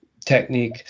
technique